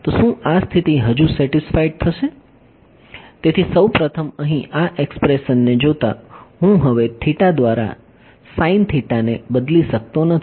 તો શું આ સ્થિતિ હજુ સેટિસ્ફાઈડ થશે તેથી સૌ પ્રથમ અહીં આ એક્સપ્રેશનને જોતા હું હવે થીટા દ્વારા sin થીટા ને બદલી શકતો નથી